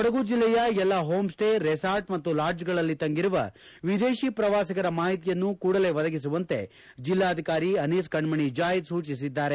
ಕೊಡಗು ಜಿಲ್ಲೆಯ ಎಲ್ಲಾ homestay resort ಮತ್ತು ಲಾಡ್ಜ್ಗಳಲ್ಲಿ ತಂಗಿರುವ ವಿದೇಶಿ ಶ್ರವಾಸಿಗರ ಮಾಹಿತಿಯನ್ನು ಕೂಡಲೇ ಒದಗಿಸುವಂತೆ ಜೆಲ್ಲಾಧಿಕಾರಿ ಅನೀಸ್ ಕಣ್ಣಣಿ ಜಾಯ್ ಸೂಚಿಸಿದ್ದಾರೆ